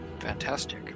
Fantastic